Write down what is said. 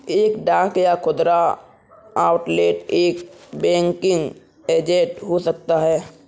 एक डाक या खुदरा आउटलेट एक बैंकिंग एजेंट हो सकता है